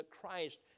Christ